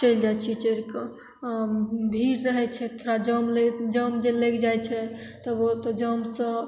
चलि जाइ छिए चढ़िके भीड़ रहै छै थोड़ा जाम लै जाम जे लगि जाइ छै तऽ बहुत जामसे